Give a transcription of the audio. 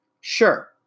sure